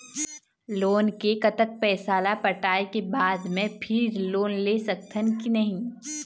Loan के कतक पैसा ला पटाए के बाद मैं फिर लोन ले सकथन कि नहीं?